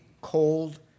cold